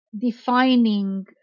defining